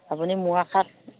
আপুনি মোৰ আশাত